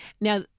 Now